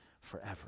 forever